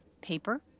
Paper